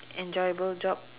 enjoyable job